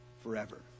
forever